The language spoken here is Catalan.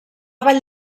vall